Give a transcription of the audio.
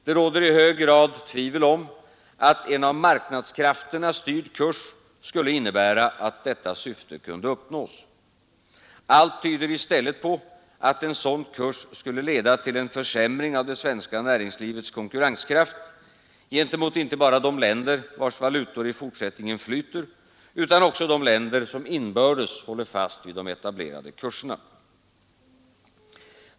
Det råder i hög grad tvivel om att en av marknadskrafterna styrd kurs skulle innebära att detta syfte kunde uppnås. Allt tyder i stället på att en sådan kurs skulle leda till en försämring av det svenska näringslivets konkurrenskraft gentemot inte bara de länder, vilkas valutor i fortsättningen flyter, utan också de länder som inbördes håller fast vid de etablerade kurserna.